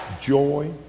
joy